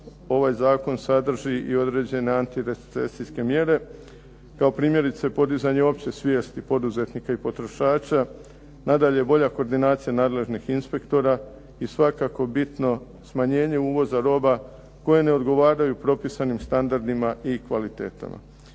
ovaj zakon sadrži i određene antirecesijske mjere. Kao primjerice podizanje opće svijesti poduzetnika i potrošača, nadalje bolja koordinacija nadležnih inspektora i svakako bitno smanjenje uvoza roba koje ne odgovaraju propisanim standardima i kvalitetama.